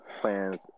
plans